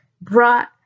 brought